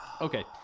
Okay